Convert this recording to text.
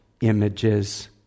images